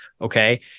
okay